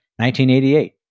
1988